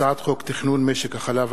הצעת חוק תכנון משק החלב,